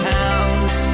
towns